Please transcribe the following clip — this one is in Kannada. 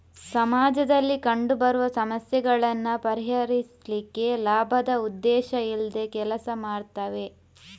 ಸಮಾಜದಲ್ಲಿ ಕಂಡು ಬರುವ ಸಮಸ್ಯೆಗಳನ್ನ ಪರಿಹರಿಸ್ಲಿಕ್ಕೆ ಲಾಭದ ಉದ್ದೇಶ ಇಲ್ದೆ ಕೆಲಸ ಮಾಡ್ತವೆ